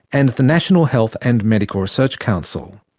and the national health and medical research council.